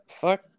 fuck